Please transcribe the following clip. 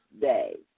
day